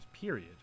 period